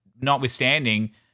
notwithstanding